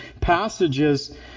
passages